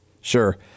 sure